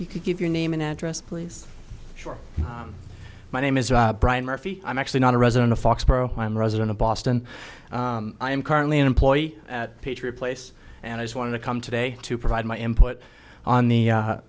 you could give your name and address please sure my name is brian murphy i'm actually not a resident of foxboro i'm a resident of boston i am currently an employee at patriot place and i just wanted to come today to provide my input on the